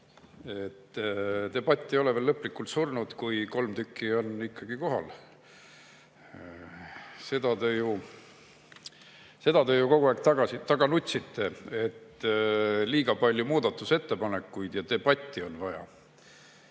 ka! Debatt ei ole veel lõplikult surnud, kui kolm tükki on ikkagi kohal. Seda te ju kogu aeg taga nutsite, et liiga palju muudatusettepanekuid ja debatti on vaja.